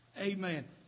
Amen